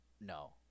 No